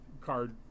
card